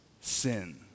sin